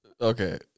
Okay